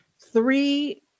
three